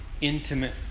intimate